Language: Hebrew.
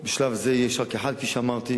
בשלב זה יש רק אחד, כפי שאמרתי.